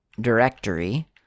directory